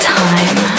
time